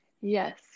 yes